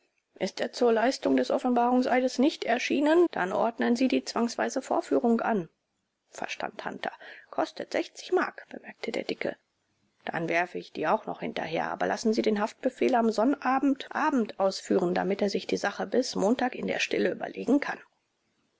ist er zur leistung des offenbarungseides nicht erschienen dann ordnen sie die zwangsweise vorführung an verstand hunter kostet sechzig mark bemerkte der dicke dann werfe ich die auch noch hinterher aber lassen sie den haftbefehl am sonnabendabend ausführen damit er sich die sache bis montag in der stille überlegen kann